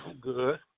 Good